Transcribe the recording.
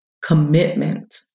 commitment